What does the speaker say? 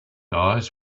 eyes